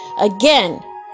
Again